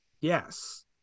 Yes